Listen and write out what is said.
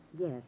Yes